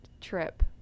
trip